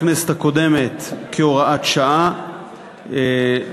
בכנסת הקודמת כהוראת שעה לשנתיים,